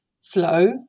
flow